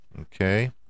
Okay